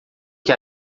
que